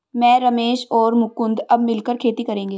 मैं, रमेश और मुकुंद अब मिलकर खेती करेंगे